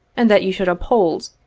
and that you should uphold,